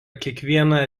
kiekvieną